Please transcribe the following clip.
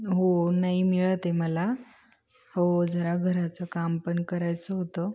हो नाही मिळत आहे मला हो जरा घराचं काम पण करायचं होतं